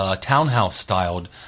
townhouse-styled